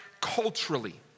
culturally